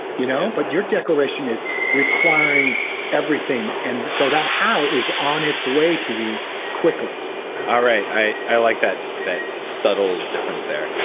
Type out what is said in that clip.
you know but your declaration is requiring everything and so that how is on its way to you quickly all right. i i like that. that subtle difference there.